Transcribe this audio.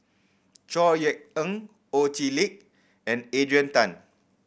Chor Yeok Eng Ho Chee Lick and Adrian Tan